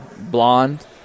Blonde